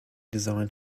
designed